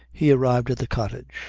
he arrived at the cottage.